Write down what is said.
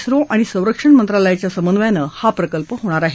झो आणि संरक्षण मंत्रालयाच्या समन्वयानं हा प्रकल्प होणार आहे